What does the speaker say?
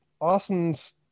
austin's